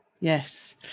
Yes